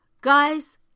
guys